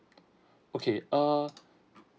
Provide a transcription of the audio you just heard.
okay err